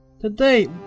Today